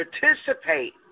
participate